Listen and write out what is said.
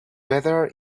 better